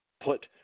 put